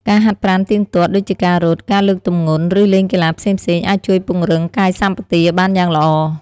ការហាត់ប្រាណទៀងទាត់ ដូចជាការរត់ ការលើកទម្ងន់ ឬលេងកីឡាផ្សេងៗ អាចជួយពង្រឹងកាយសម្បទាបានយ៉ាងល្អ។